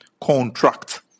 contract